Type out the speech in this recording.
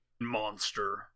monster